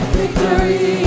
victory